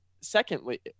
secondly